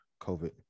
COVID